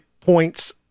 points